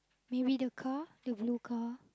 we wait the car the blue car